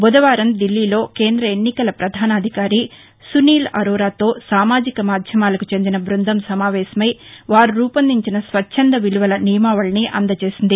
బుధవారం ధిల్లీలో కేంద్ర ఎన్నికల ప్రధానాధికారి సునీల్ అరోరా తో సామాజిక మాధ్యమాలకు చెందిన బృందం సమావేశమై వారు రూపొందించిన స్వచ్చంధ విలువల నియమావళిని అందచేసింది